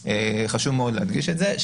חשוב מאוד להדגיש את זה.